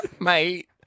Mate